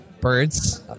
Birds